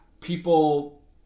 People